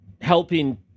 helping